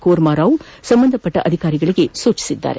ಕೂರ್ಮಾರಾವ್ ಸಂಬಂಧಪಟ್ಟ ಅಧಿಕಾರಿಗಳಿಗೆ ಸೂಚನೆ ನೀಡಿದ್ದಾರೆ